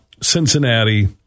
Cincinnati